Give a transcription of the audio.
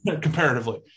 comparatively